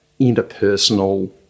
interpersonal